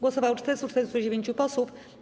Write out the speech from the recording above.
Głosowało 449 posłów.